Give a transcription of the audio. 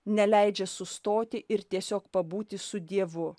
neleidžia sustoti ir tiesiog pabūti su dievu